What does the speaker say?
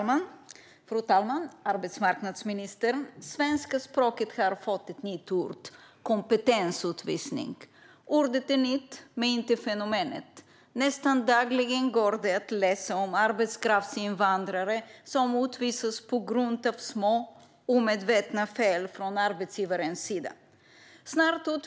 Fru talman och arbetsmarknadsministern! Svenska språket har fått ett nytt ord: kompetensutvisning. Ordet är nytt, men inte fenomenet. Nästan dagligen kan man läsa om arbetskraftsinvandrare som utvisas på grund av små, omedvetna fel från arbetsgivarens sida.